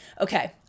Okay